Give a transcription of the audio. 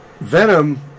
Venom